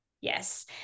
Yes